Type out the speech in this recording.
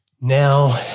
now